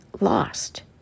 lost